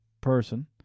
person